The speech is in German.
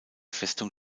festung